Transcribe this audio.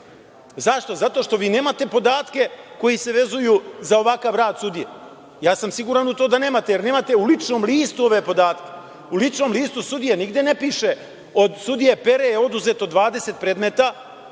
radi.Zašto? Zato što vi nemate podatke koji se vezuju za ovakav rad sudije. Siguran sam u to da nemate, jer nemate u ličnom listu ove podatke. U ličnom listu sudije nigde ne piše od sudije Pere je oduzeto 20 predmeta,